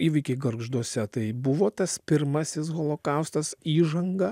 įvykiai gargžduose tai buvo tas pirmasis holokaustas įžanga